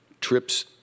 trips